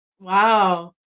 wow